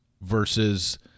versus